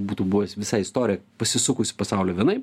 būtų buvęs visa istorija pasisukusi pasaulio vienai